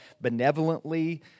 benevolently